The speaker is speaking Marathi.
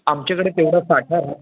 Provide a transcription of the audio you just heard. आमच्याकडे तेवढा साठा आहे